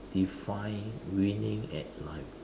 define winning at life